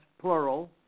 plural